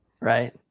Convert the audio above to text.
Right